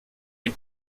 ihm